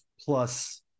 plus